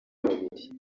babiri